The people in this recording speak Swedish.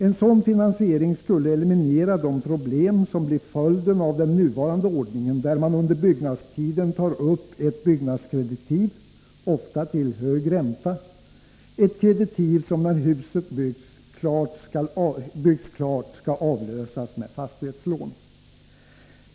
En sådan finansiering skulle eliminera de problem som blir följden av den nuvarande ordningen, där man under byggnadstiden tar upp ett byggnadskreditiv — ofta till hög ränta — ett kreditiv som när huset byggts klart skall avlösas med fastighetslån.